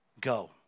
go